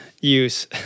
use